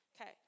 Okay